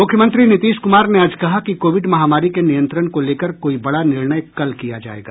मुख्यमंत्री नीतीश कुमार ने आज कहा कि कोविड महामारी के नियंत्रण को लेकर कोई बड़ा निर्णय कल किया जायेगा